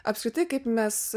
apskritai kaip mes